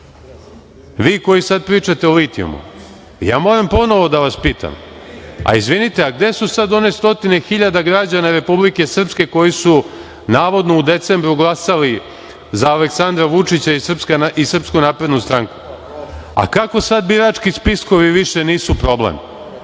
vi koji sada pričate o litijumu, moram ponovo da vas pitam, a, izvinite gde su sada one stotine hiljada građana Republike Srpske, koji su navodno, u decembru glasali za Aleksandra Vučića i SNS? Kako sada birački spiskovi više nisu problem? Gde